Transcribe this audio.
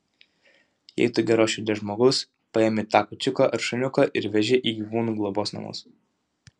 jei tu geros širdies žmogus paimi tą kačiuką ar šuniuką ir veži į gyvūnų globos namus